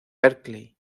berkeley